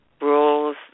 rules